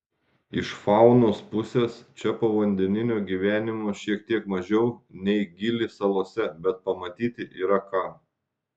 iš faunos pusės čia povandeninio gyvenimo šiek tiek mažiau nei gili salose bet pamatyti yra ką